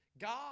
God